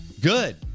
Good